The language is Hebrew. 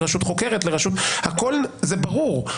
לרשות חוקרת זה ברור.